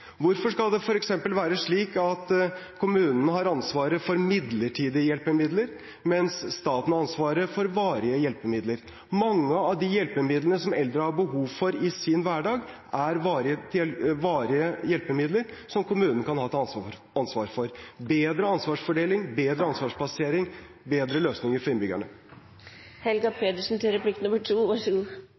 Hvorfor skal det f.eks. være slik at kommunene har ansvaret for midlertidige hjelpemidler, mens staten har ansvaret for varige hjelpemidler? Mange av de hjelpemidlene som eldre har behov for i sin hverdag, er varige hjelpemidler, som kommunen kan ha ansvar for. Det handler om bedre ansvarsfordeling, bedre ansvarsplassering og bedre løsninger for innbyggerne.